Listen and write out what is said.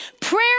prayer